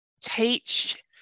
teach